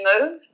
move